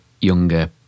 younger